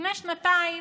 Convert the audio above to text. לפני שנתיים,